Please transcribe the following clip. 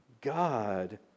God